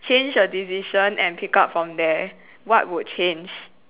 change your decision and pick up from there what would change